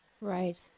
Right